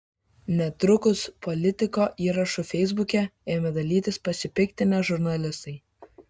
netrukus politiko įrašu feisbuke ėmė dalytis pasipiktinę žurnalistai